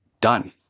done